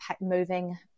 moving